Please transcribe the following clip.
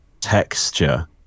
texture